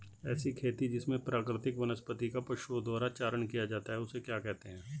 ऐसी खेती जिसमें प्राकृतिक वनस्पति का पशुओं द्वारा चारण किया जाता है उसे क्या कहते हैं?